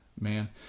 Man